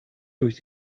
durch